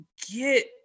get